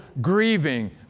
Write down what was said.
grieving